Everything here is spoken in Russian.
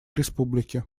республики